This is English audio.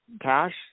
Cash